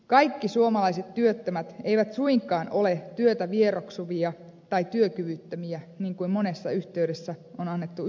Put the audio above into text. kaikki suomalaiset työttömät eivät suinkaan ole työtä vieroksuvia tai työkyvyttömiä niin kuin monessa yhteydessä on annettu ymmärtää